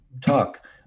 talk